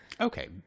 Okay